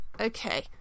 Okay